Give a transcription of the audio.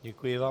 Děkuji vám.